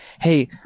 hey